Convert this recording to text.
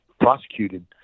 prosecuted